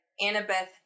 Annabeth